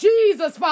Jesus